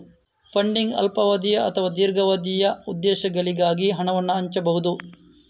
funding ಅಲ್ಪಾವಧಿಯ ಅಥವಾ ದೀರ್ಘಾವಧಿಯ ಉದ್ದೇಶಗಳಿಗಾಗಿ ಹಣವನ್ನು ಹಂಚಬಹುದು